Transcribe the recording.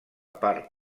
part